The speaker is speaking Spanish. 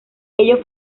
ellos